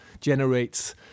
generates